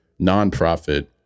nonprofit